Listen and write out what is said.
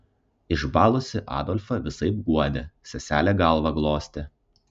išbalusį adolfą visaip guodė seselė galvą glostė